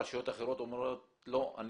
רשויות אחרות גובות ארנונה.